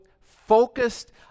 focused